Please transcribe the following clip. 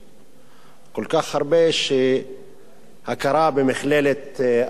כל כך, הכרה במכללת אריאל כאוניברסיטה.